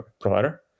provider